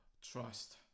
trust